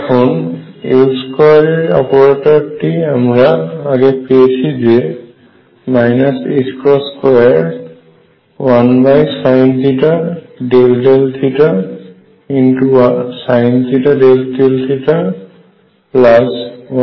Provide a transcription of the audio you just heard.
এখন L2 এর operator টি আমরা আগে পেয়েছি যে 21sinθsinθ∂θ 1 22